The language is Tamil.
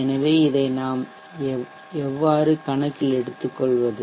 எனவே இதை நாம் எவ்வாறு கணக்கில் எடுத்துக்கொள்வது